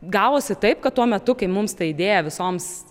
gavosi taip kad tuo metu kai mums ta idėja visoms